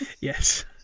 Yes